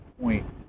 point